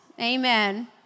Amen